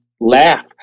laugh